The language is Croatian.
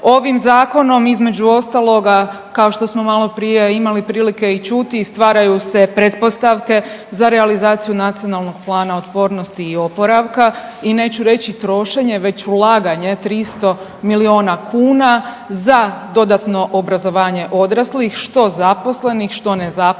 ovim zakonom između ostaloga kao što smo maloprije imali prilike i čuti stvaraju se pretpostavke za realizaciju Nacionalnog plana otpornosti i oporavka i neću reći trošenje već ulaganje 300 miliona kuna za dodatno obrazovanja odraslih što zaposlenih, što nezaposlenih